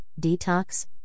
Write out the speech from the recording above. detox